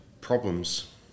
problems